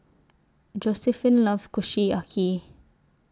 Josiephine loves Kushiyaki